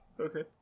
Okay